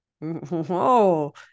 whoa